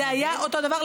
זה היה אותו דבר,